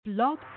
Blog